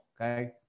Okay